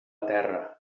terra